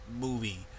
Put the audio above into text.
movie